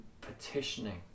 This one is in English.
petitioning